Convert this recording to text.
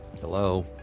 hello